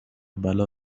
بلا